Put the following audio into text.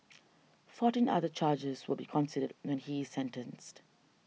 fourteen other charges will be considered when he is sentenced